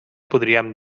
podríem